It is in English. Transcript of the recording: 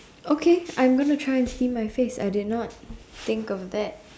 okay I'm gonna try and steam my face I did not think of that